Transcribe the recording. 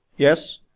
Yes